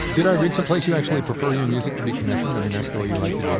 did i read some place you actually prefer your music to be commissioned, that's the way you like to do